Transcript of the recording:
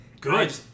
Good